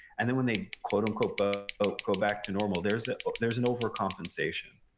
and then when they quote unquote but ah go back to normal, there's ah there's an overcompensation,